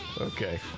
Okay